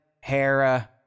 Hera